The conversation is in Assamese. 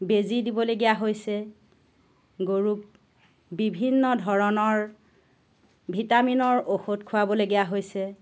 বেজী দিবলগীয়া হৈছে গৰুৰ বিভিন্ন ধৰণৰ ভিটামিনৰ ঔযধ খোৱাবলগীয়া হৈছে